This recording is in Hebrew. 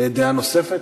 דעה נוספת.